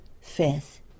Fifth